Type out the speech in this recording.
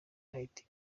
haiti